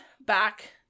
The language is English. back